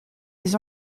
les